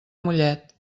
mollet